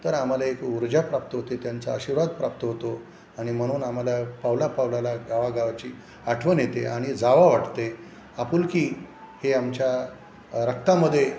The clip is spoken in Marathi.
तर आम्हाला एक ऊर्जा प्राप्त होते त्यांचा आशीर्वाद प्राप्त होतो आणि म्हणून आम्हाला पावला पावलाला गावागावाची आठवण येते आणि जावं वाटते आपुलकी हे आमच्या रक्तामध्ये